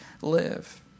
live